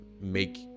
make